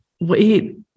Wait